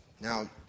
Now